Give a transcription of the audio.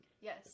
yes